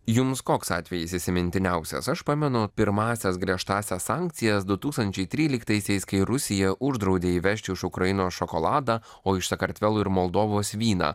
jums koks atvejis įsimintiniausias aš pamenu pirmąsias griežtąsias sankcijas du tūkstančiai tryliktaisiais kai rusija uždraudė įvežti iš ukrainos šokoladą o iš sakartvelo ir moldovos vyną